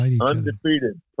undefeated